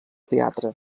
teatre